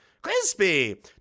crispy